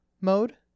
mode